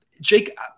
Jake